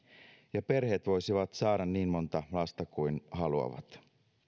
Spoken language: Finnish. ja perheet voisivat saada niin monta lasta kuin haluavat